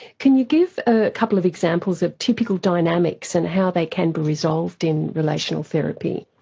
can you give a couple of examples of typical dynamics and how they can be resolved in relational therapy?